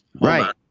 Right